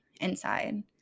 inside